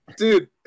Dude